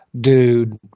dude